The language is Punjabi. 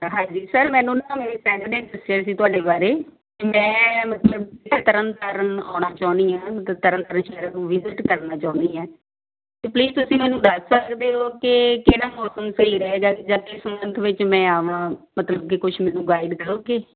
ਹਾਂਜੀ ਸਰ ਮੈਨੂੰ ਨਾ ਮੇਰੀ ਫਰੈਂਡ ਨੇ ਦੱਸਿਆ ਸੀ ਤੁਹਾਡੇ ਬਾਰੇ ਅਤੇ ਮੈਂ ਮਤਲਬ ਤਰਨ ਤਾਰਨ ਆਉਣਾ ਚਾਹੁੰਦੀ ਹਾਂ ਮਤਲਬ ਤਰਨ ਤਰਨ ਵਿਜਿਟ ਕਰਨਾ ਚਾਹੁੰਦੀ ਹਾਂ ਅਤੇ ਪਲੀਜ਼ ਤੁਸੀਂ ਮੈਨੂੰ ਦੱਸ ਸਕਦੇ ਹੋ ਕਿ ਕਿਹੜਾ ਮੌਸਮ ਸਹੀ ਰਹੇਗਾ ਜਾਂ ਜਿਸ ਮੰਥ ਵਿੱਚ ਮੈਂ ਆਵਾਂ ਮਤਲਬ ਕਿ ਕੁਛ ਮੈਨੂੰ ਗਾਈਡ ਕਰੋਗੇ